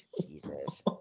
Jesus